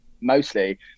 mostly